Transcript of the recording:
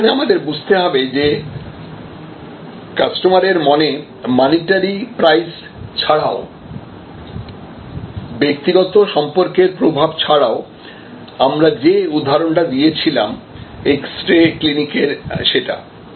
এবং সেখানে আমাদের বুঝতে হবে যে কাস্টমারের মনে মানিটারি প্রাইস ছাড়াও ব্যক্তিগত সম্পর্কের প্রভাব ছাড়াও আমরা যে উদাহরণটা দিয়েছিলাম x ray ক্লিনিক এর সেটা